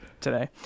today